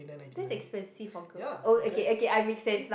that's expensive for girl oh okay okay I make sense